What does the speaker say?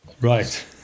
Right